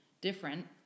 different